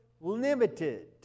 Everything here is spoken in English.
limited